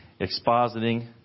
expositing